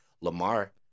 Lamar